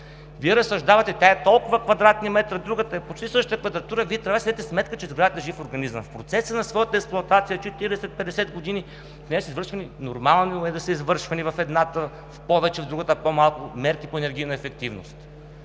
Вие разсъждавате тя е толкова квадратни метра, другата е почти същата квадратура, Вие трябва да си дадете сметка, че сградата е жив организъм. В процеса на своята експлоатация от 40-50 години е нормално да са извършвани в едната повече, а в друга по-малко мерки по енергийна ефективност.